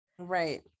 right